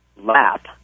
lap